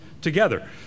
together